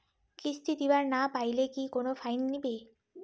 কিস্তি দিবার না পাইলে কি কোনো ফাইন নিবে?